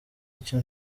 icyo